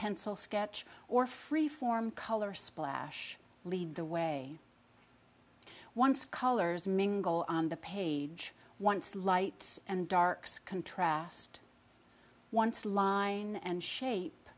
pencil sketch or free form color splash lead the way once colors mingle on the page once light and dark skin trast once line and shape